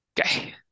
okay